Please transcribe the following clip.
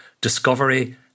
discovery